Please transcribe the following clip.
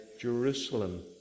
Jerusalem